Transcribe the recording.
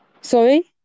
sorry